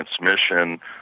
transmission